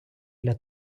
для